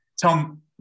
Tom